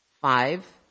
Five